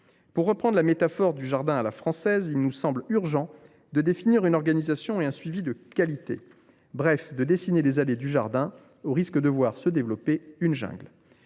Pour reprendre la métaphore du jardin à la française, il nous semble urgent de définir une organisation et un suivi de qualité, bref, de dessiner les allées du jardin au risque de voir se développer une jungle.